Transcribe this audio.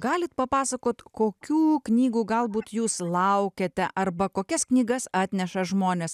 galit papasakot kokių knygų galbūt jūs laukiate arba kokias knygas atneša žmonės